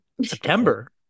September